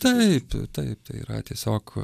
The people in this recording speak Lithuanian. taip taip tai yra tiesiog